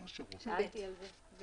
רק תדעי, אם